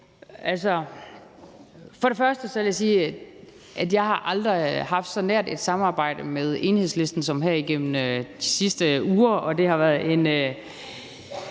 Altså, for det første vil jeg sige, at jeg aldrig har haft så nært et samarbejde med Enhedslisten som her igennem de sidste uger, og det har været en